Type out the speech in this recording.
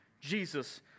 Jesus